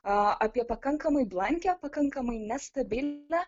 aa apie pakankamai blankią pakankamai nestabilią